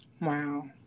Wow